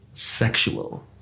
sexual